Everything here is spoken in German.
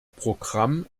programm